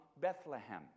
Bethlehem